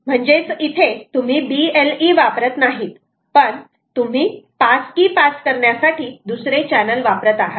म्हणजेच इथे तुम्ही BLE वापरत नाहीत पण तुम्ही पास की पास करण्यासाठी दुसरे चैनल वापरत आहात